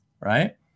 right